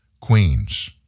Queens